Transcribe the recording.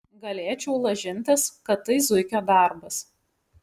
galėčiau lažintis kad tai zuikio darbas